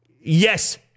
Yes